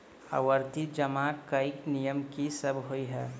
आवर्ती जमा केँ नियम की सब होइ है?